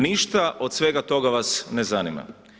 Ništa od svega toga vas ne zanima.